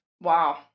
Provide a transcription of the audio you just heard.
Wow